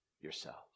yourselves